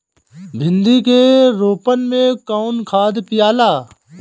भिंदी के रोपन मे कौन खाद दियाला?